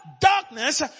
darkness